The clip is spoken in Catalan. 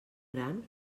gran